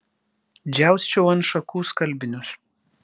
džiausčiau ant šakų skalbinius